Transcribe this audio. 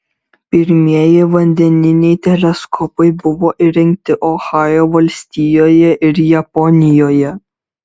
pirmieji vandeniniai teleskopai buvo įrengti ohajo valstijoje ir japonijoje